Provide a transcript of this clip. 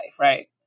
right